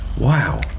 Wow